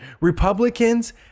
Republicans